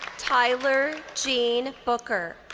tyler jean booker.